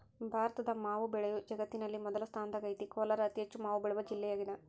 ಭಾರತದ ಮಾವು ಬೆಳೆಯು ಜಗತ್ತಿನಲ್ಲಿ ಮೊದಲ ಸ್ಥಾನದಾಗೈತೆ ಕೋಲಾರ ಅತಿಹೆಚ್ಚು ಮಾವು ಬೆಳೆವ ಜಿಲ್ಲೆಯಾಗದ